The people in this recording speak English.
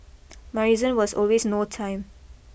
my reason was always no time